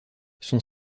son